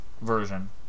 version